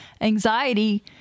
anxiety